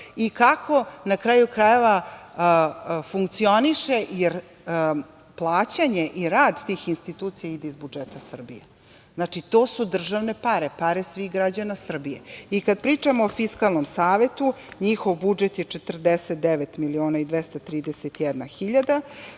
i kako, na kraju krajeva, funkcioniše, jer plaćanje i rad tih institucija ide iz budžeta Srbije. Znači, to su državne pare, pare svih građana Srbije. Kad pričamo o Fiskalnom savetu, njihov budžet je 49.231.000